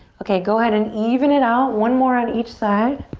okay, go ahead and even it out. one more on each side.